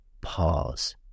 pause